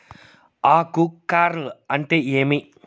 ఆకు కార్ల్ అంటే ఏమి?